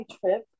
trip